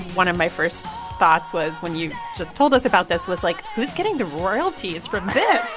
one of my first thoughts was when you just told us about this was, like, who's getting the royalties from this?